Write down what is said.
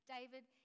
David